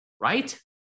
right